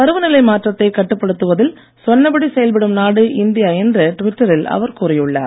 பருவநிலை மாற்றத்தைக் கட்டுப்படுத்துவதில் சொன்னபடி செயல்படும் நாடு இந்தியா என்று ட்விட்டரில் அவர் கூறியுள்ளார்